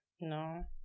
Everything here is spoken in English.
No